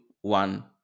one